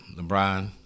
LeBron